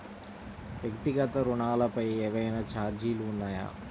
వ్యక్తిగత ఋణాలపై ఏవైనా ఛార్జీలు ఉన్నాయా?